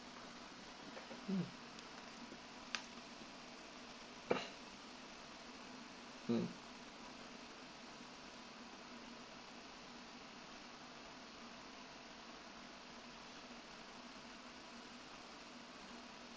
mm mm